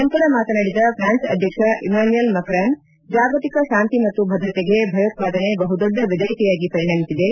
ನಂತರ ಮಾತನಾಡಿದ ಪ್ರಾನ್ಸ್ ಅಧ್ಯಕ್ಷ ಇಮಾನ್ಯಯಲ್ ಮಕ್ರಾನ್ ಜಾಗತಿಕ ಶಾಂತಿ ಮತ್ತು ಭದ್ರತೆಗೆ ಭಯೋತ್ವಾದನೆ ಬಹುದೊಡ್ಡ ಬೆದರಿಕೆಯಾಗಿ ಪರಿಣಮಿಸಿದೆ